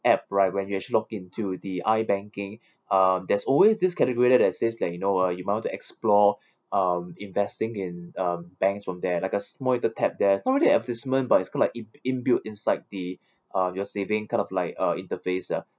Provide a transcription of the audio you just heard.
app right when you log into the I-banking uh there's always this category there that says like you know uh you might want to explore um investing in uh banks from there like a small little tap there it's not really advertisement but it's kind like in in built inside the uh your saving kind of like uh interface uh